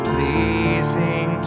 Pleasing